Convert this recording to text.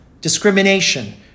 discrimination